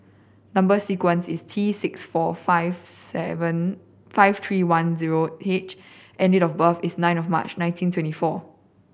number sequence is T six four five seven five three one zero H and date of birth is nine of March nineteen twenty four